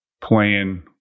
playing